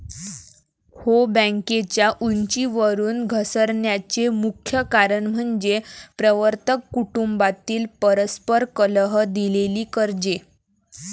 हो, बँकेच्या उंचीवरून घसरण्याचे मुख्य कारण म्हणजे प्रवर्तक कुटुंबातील परस्पर कलह, दिलेली कर्जे